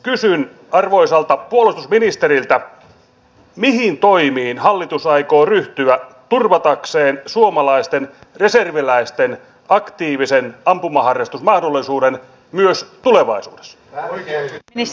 kysyn arvoisalta puolustusministeriltä mihin toimiin hallitus aikoo ryhtyä turvatakseen suomalaisten reserviläisten aktiivisen ampumaharrastusmahdollisuuden myös tulevaisuudessa